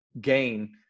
gain